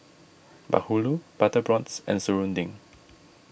Bahulu Butter Prawns and Serunding